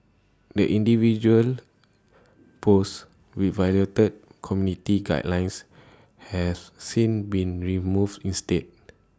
the individual posts with violated community guidelines have since been removed instead